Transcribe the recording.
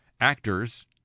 actors